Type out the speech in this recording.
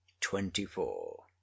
twenty-four